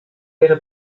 ihrer